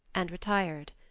and retired.